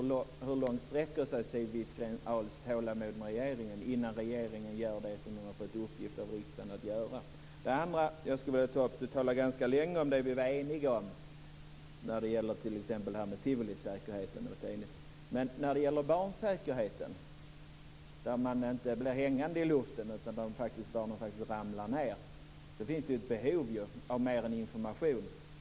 Hur långt sträcker sig Siw Wittgren-Ahls tålamod med regeringen innan regeringen gör det som den fått i uppgift av riksdagen att göra? Sedan till en annan sak som jag skulle vilja ta upp. Siw Wittgren-Ahl talade ganska länge om det vi var eniga om. Det gäller då t.ex. tivolisäkerheten. Men när det gäller barnsäkerheten - barn blir ju inte bara hängande i luften, utan de ramlar faktiskt också ned - behövs det mer än information.